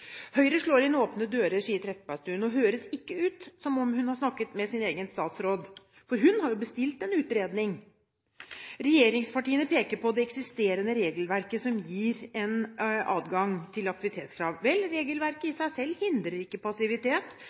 Høyre slår inn åpne dører, sier Trettebergstuen. Det høres ikke ut som om hun har snakket med sin egen statsråd, for hun har jo bestilt en utredning. Regjeringspartiene peker på det eksisterende regelverket, som gir en adgang til aktivitetskrav. Vel, regelverket i seg selv hindrer ikke passivitet,